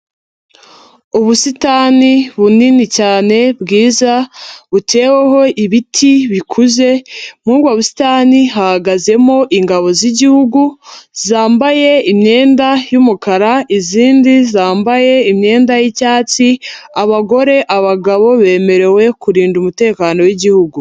Ubusitani bunini cyane bwiza buteweho ibiti bikuze, muri ubwo busitani hahagazemo ingabo z'Igihugu zambaye imyenda y'umukara, izindi zambaye imyenda y'icyatsi abagore, abagabo bemerewe kurinda umutekano w'Igihugu.